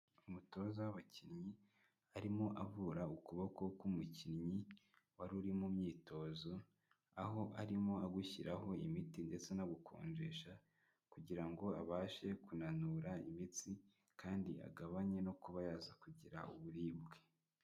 Umutoza w'abakinnyi, arimo avura ukuboko k'umukinnyi, wari uri mu myitozo aho arimo agushyiraho imiti ndetse anagukonjesha kugira ngo abashe kunanura imitsi kandi agabanye no kuba yaza kugira uburibwe.